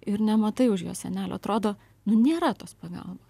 ir nematai už jo sienelių atrodo nu nėra tos pagalbos